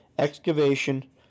excavation